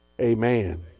Amen